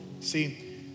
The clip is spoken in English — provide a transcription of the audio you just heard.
See